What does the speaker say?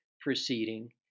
proceeding